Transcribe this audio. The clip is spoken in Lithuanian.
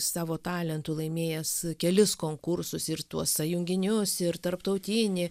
savo talentu laimėjęs kelis konkursus ir tuos sąjunginius ir tarptautinį